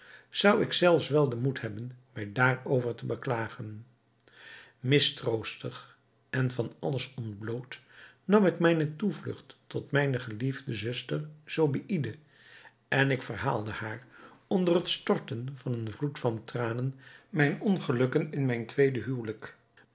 zou ik zelfs wel den moed hebben mij daarover te beklagen mistroostig en van alles ontbloot nam ik mijne toevlugt tot mijne geliefde zuster zobeïde en ik verhaalde haar onder het storten van een vloed van tranen mijne ongelukken in mijn tweede huwelijk